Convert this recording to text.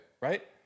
right